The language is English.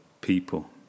people